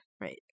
Right